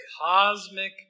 cosmic